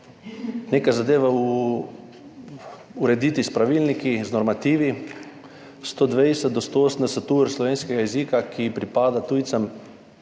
neke zadeve urediti s pravilniki, z normativi 120 do 180 ur slovenskega jezika, ki pripada tujcem,